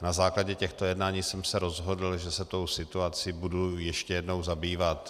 Na základě těchto jednání jsem se rozhodl, že se tou situací budu ještě jednou zabývat.